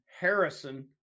Harrison